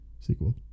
Sequel